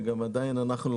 הרכש והשכירות,